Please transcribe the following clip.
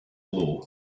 blow